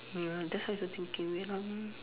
uh that's why I thinking wait ah